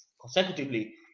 consecutively